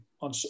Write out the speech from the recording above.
on